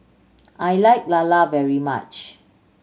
I like Lala very much